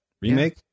Remake